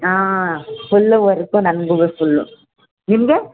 ಹಾಂ full work ನಮ್ಗೂ full ನಿಮಗೆ